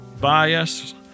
bias